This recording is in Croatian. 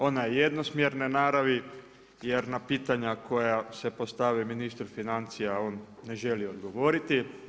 Ona je jednosmjerne naravi, jer na pitanja koja se postavi ministar financija, on ne želi odgovoriti.